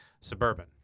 Suburban